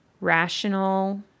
rational